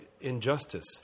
injustice